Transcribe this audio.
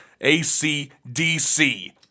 ACDC